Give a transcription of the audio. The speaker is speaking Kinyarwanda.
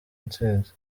intsinzi